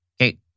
Okay